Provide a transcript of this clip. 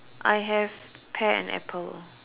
I have pear and apple